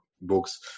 books